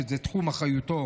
שזה תחום אחריותו,